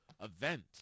event